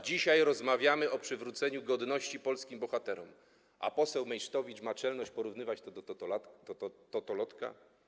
Dzisiaj rozmawiamy o przywróceniu godności polskim bohaterom, a poseł Meysztowicz ma czelność porównywać to do totolotka?